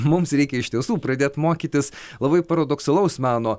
mums reikia iš tiesų pradėt mokytis labai paradoksalaus meno